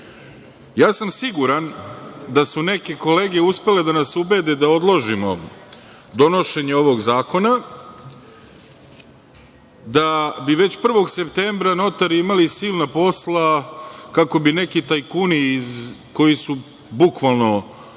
idejom. Siguran sam da su neke kolege uspele da nas ubede da odložimo donošenje ovog zakona, da bi već 01. septembra notari imali silna posla, kako bi neki tajkuni koji su bukvalno